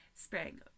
spring